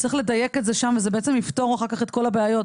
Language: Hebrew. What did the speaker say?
צריך לדייק את זה שם וזה בעצם יפתור אחר כך את כל הבעיות.